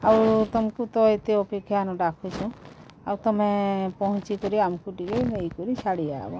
ଆଉ ତମକୁ ତ ଏତେ ଅପେକ୍ଷା ନୁ ଡାକୁଛୁ ଆଉ ତମେ ପହଞ୍ଚି କିରି ଆମକୁ ଟିକେ ନେଇ କରି ଛାଡ଼ି ଆଇବ